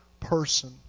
person